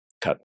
cut